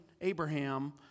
Abraham